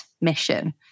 mission